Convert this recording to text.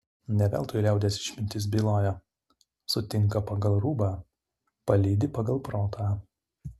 ne veltui liaudies išmintis byloja sutinka pagal rūbą palydi pagal protą